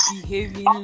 behaving